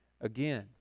again